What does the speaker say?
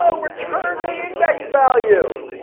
ah return the index value.